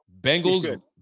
Bengals